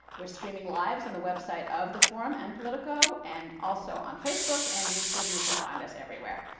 we're streaming live on the website of the forum, and politico, and also on facebook, and youtube. you can find us everywhere.